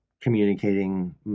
communicating